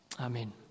Amen